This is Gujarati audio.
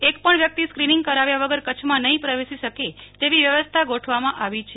એક પણ વ્યક્તિ ક્રીનિંગ કરાવ્યા વગર કચ્છમાં નહીં પ્રવેશી શકે તેવી વ્યવસ્થા ગોઠવવામાં આવી છે